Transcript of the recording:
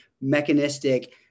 mechanistic